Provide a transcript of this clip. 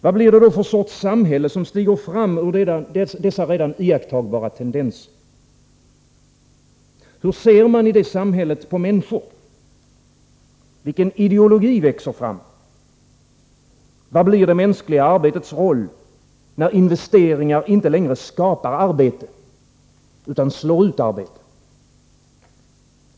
Vad blir det för sorts samhälle som stiger fram ur dessa redan iakttagbara tendenser? Hur ser man i det samhället på människor? Vilken ideologi växer fram? Vad blir det mänskliga arbetets roll när investeringar inte längre skapar arbete, utan slår ut arbete?